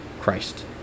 Christ